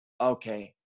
okay